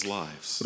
lives